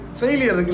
failure